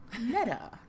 meta